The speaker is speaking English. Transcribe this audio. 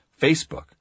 Facebook